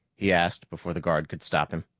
he asked, before the guard could stop him.